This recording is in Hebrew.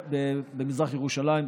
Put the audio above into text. במזרח ירושלים,